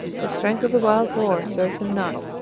the strength of the wild boar serves him not,